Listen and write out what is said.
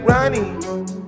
Ronnie